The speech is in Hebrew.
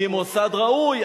היא מוסד ראוי,